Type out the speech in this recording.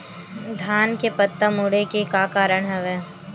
धान के पत्ता मुड़े के का कारण हवय?